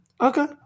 Okay